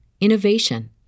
innovation